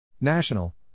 National